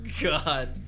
God